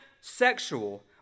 sexual